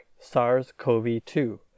SARS-CoV-2